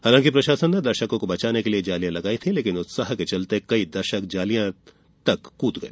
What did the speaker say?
हालांकि प्रशासन ने दर्शकों को बचाने के लिए जालियां लगाई थीं लेकिन उत्साह के चलते कई दर्शक जालियां तक कृद गए